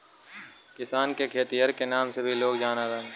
किसान के खेतिहर के नाम से भी लोग जानलन